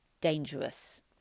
dangerous